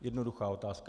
Jednoduchá otázka.